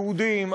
יהודים,